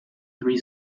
three